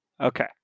Okay